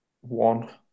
One